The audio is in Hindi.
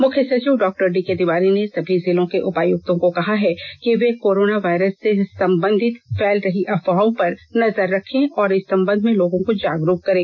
मुख्य सचिव डॉक्टर डीके तिवारी ने सभी जिलों के उपायुक्तों को कहा है कि वे कोरोना वायरस से संबंधित फैल रही अफवाहों पर नजर रखें और इस संबंध में लोगों को जागरूक करें